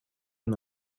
and